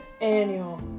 annual